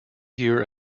year